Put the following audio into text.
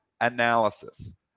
analysis